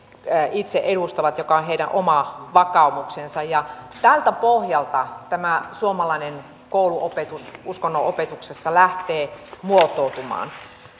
itse edustavat joka on heidän oma vakaumuksensa ja tältä pohjalta tämä suomalainen kouluopetus uskonnonopetuksessa lähtee muotoutumaan